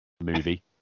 movie